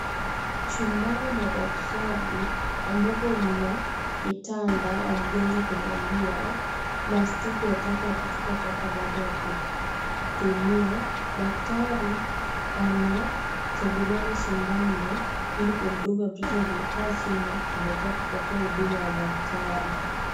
Chumbani mwa daktari ambapo mna kitanda ya mgonjwa kulalia, plastiki ya kutupa taka baada ya kutumia. Daktari anatengeneza sindano ili kumdunga mtoto aliyekaa chini kungojea kupokea huduma ya daktari.